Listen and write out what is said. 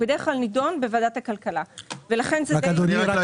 הוא נידון בדרך כלל בוועדת הכלכלה.